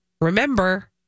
Remember